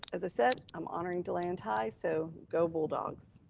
as i said, i'm honoring deland high. so go bulldogs.